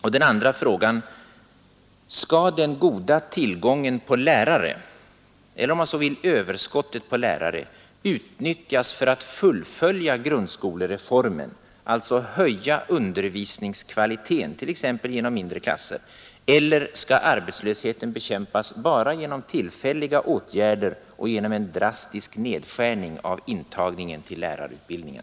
Och den andra frågan är: Skall den goda tillgången på lärare, eller om man så vill överskottet på lärare, utnyttjas för att fullfölja grundskolereformen, alltså höja undervisningskvaliteten, t.ex. genom mindre klasser, eller skall arbetslösheten bekämpas bara genom tillfälliga åtgärder och genom en drastisk nedskärning av intagningen till lärarutbildningen?